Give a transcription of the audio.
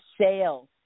sales